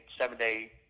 seven-day